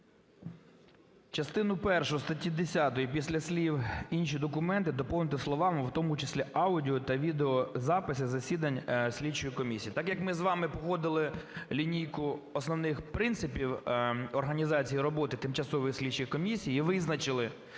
Частину першу статті 10 після слів "інші документи" доповнити словами "в тому числі аудіо- та відеозаписи засідань слідчої комісії". Так як ми з вами погодили лінійку основних принципів організації роботи тимчасових слідчих комісій і визначили,